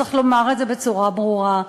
צריך לומר את זה בצורה ברורה,